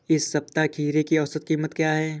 इस सप्ताह खीरे की औसत कीमत क्या है?